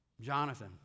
Jonathan